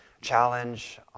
challenge